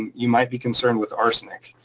you might be concerned with arsenic.